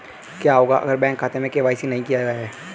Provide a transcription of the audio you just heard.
क्या होगा अगर बैंक खाते में के.वाई.सी नहीं किया गया है?